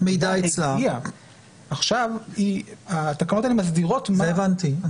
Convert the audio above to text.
שהמידע אצלם -- את זה הבנתי.